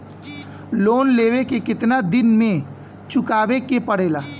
Loan लेवे के कितना दिन मे चुकावे के पड़ेला?